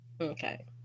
Okay